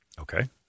Okay